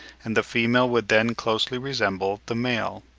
and the female would then closely resemble the male.